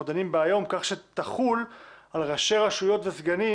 דנים בה היום כך שתחול על ראשי רשויות וסגנים